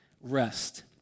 rest